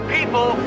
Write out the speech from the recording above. people